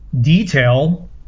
detail